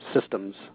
systems